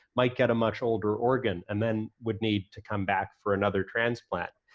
might get a much older organ, and then would need to come back for another transplant.